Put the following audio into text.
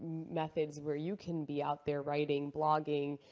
methods where you can be out there writing, blogging,